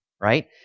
right